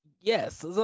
yes